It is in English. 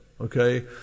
Okay